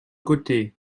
côté